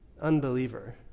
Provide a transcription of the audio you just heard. unbeliever